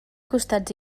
costats